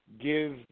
give